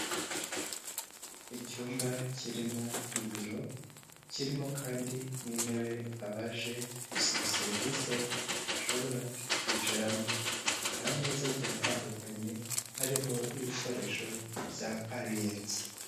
Icyumba kirimo ibiro kirimo kandi n'intebe abaje gusaba serivisi bashobora kwicaramo, hari ameza igihe atandukanye ariho ibikoresho bya ariyensi.